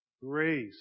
Grace